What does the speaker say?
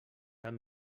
cap